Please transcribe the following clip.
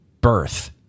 birth